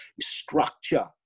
structure